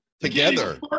together